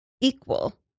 equal